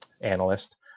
analyst